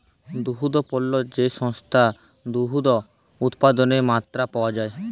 দুহুদ পল্য যে সংস্থায় দুহুদ উৎপাদলের মাত্রা পাউয়া যায়